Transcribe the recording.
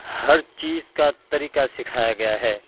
ہر چیز کا طریقہ سکھایا گیا ہے